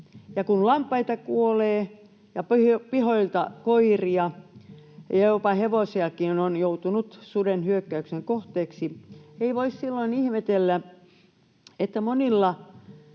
kun lampaita kuolee ja pihoilla koiria ja jopa hevosiakin on joutunut suden hyökkäyksen kohteeksi, ei voi silloin ihmetellä, että monilla